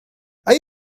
hay